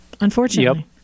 unfortunately